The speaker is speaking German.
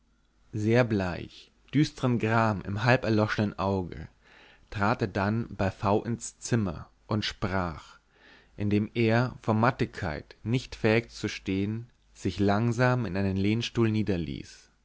sehr bleich düstern gram im halb erloschnen auge trat er dann bei v ins zimmer und sprach indem er vor mattigkeit nicht fähig zu stehen sich langsam in einen lehnstuhl niederließ